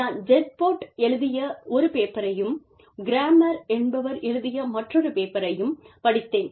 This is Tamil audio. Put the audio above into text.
நான் ஜெர்போட் எழுதிய ஒரு பேப்பரையும் கிராமெர் என்பவர் எழுதிய மற்றொரு பேப்பரையும் படித்தேன்